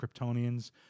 Kryptonians